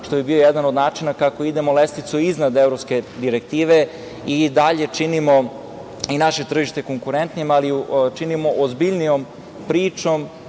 što bi bio jedan od načina kako idemo lestvicu iznad evropske direktive i dalje činimo naše tržište konkurentnim, ali činimo ozbiljnijom pričom